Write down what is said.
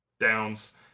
Downs